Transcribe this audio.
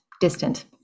distant